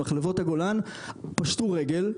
מחלבות הגולן פשטו רגל,